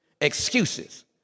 Excuses